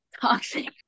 toxic